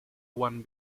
one